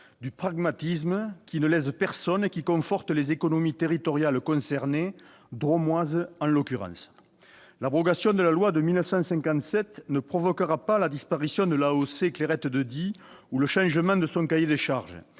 Du pragmatisme qui ne lèse personne et qui conforte les économies territoriales concernées, drômoises en l'occurrence. L'abrogation de la loi de 1957 ne provoquera pas la disparition de l'AOC « Clairette de Die » ou le changement de son cahier des charges.